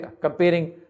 comparing